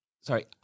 Sorry